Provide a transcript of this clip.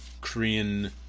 Korean